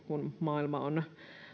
kun